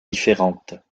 différentes